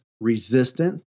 resistant